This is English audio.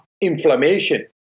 inflammation